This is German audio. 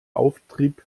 auftrieb